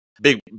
big